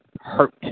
hurt